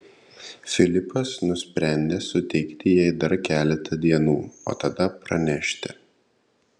filipas nusprendė suteikti jai dar keletą dienų o tada pranešti